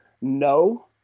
no